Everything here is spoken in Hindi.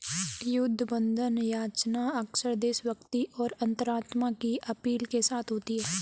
युद्ध बंधन याचना अक्सर देशभक्ति और अंतरात्मा की अपील के साथ होती है